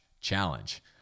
challenge